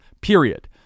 period